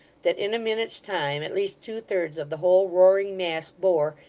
that, in a minute's time, at least two-thirds of the whole roaring mass bore,